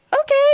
okay